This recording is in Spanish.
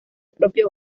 propio